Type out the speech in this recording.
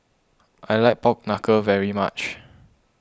I like Pork Knuckle very much